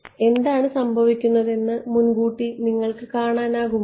അതിനാൽ എന്താണ് സംഭവിക്കുന്നതെന്ന് നിങ്ങൾക്ക് മുൻകൂട്ടി കാണാനാകുമോ